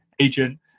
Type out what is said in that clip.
agent